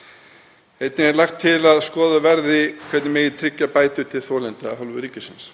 Jafnframt er lagt til að skoðað verði hvernig megi tryggja bætur til þolenda af hálfu ríkisins.